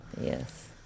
Yes